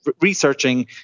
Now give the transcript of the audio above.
researching